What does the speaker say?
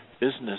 business